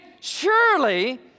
surely